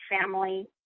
family